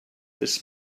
this